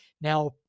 Now